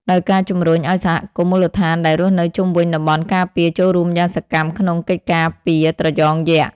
ដោយការជំរុញឲ្យសហគមន៍មូលដ្ឋានដែលរស់នៅជុំវិញតំបន់ការពារ ចូលរួមយ៉ាងសកម្មក្នុងកិច្ចការពារត្រយងយក្ស។